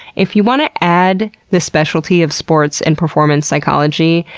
if you want to add the specialty of sports and performance psychology,